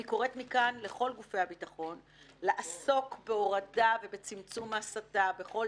אני קוראת מכאן מכל גורמי הביטחון לעסוק בהורדה ובצמצום ההסתה בכל